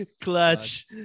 Clutch